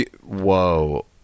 Whoa